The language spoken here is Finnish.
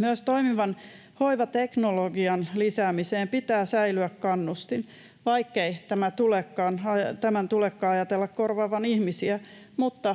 Myös toimivan hoivateknologian lisäämiseen pitää säilyä kannustin. Vaikkei tämän tulekaan ajatella korvaavan ihmisiä,